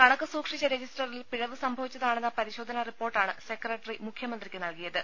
കണക്ക് സൂക്ഷിച്ച രജിസ്റ്ററിൽ പിഴവ് സംഭവിച്ചതാണെന്ന പരിശോധനാ റിപ്പോർട്ടാണ് സെക്രട്ടറി മുഖ്യമന്ത്രിക്ക് നൽകി യത്